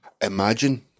imagine